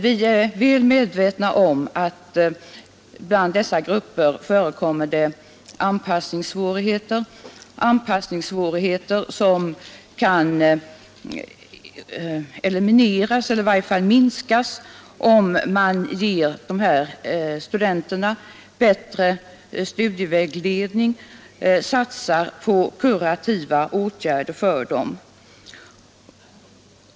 Vi är väl medvetna om att det i dessa grupper finns fall av anpassningssvårigheter, som dock kan elimineras eller i varje fall minskas om man ger studenterna bättre studievägledning och satsar på mera kurativa åtgärder för dem.